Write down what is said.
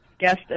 guest